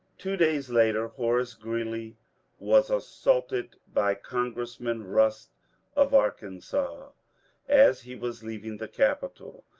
two days later horace ghreeley was assaulted by con gressman bust of arkansas as he was leaving the capitol.